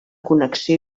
connexió